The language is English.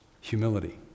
Humility